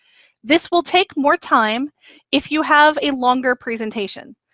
this will take more time if you have a longer presentation.